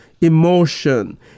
emotion